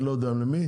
אני לא יודע למי,